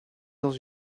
dans